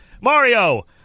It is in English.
Mario